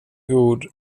god